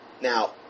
Now